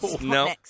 no